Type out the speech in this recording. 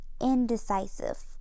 indecisive